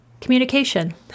communication